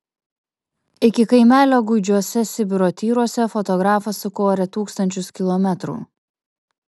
iki kaimelio gūdžiuose sibiro tyruose fotografas sukorė tūkstančius kilometrų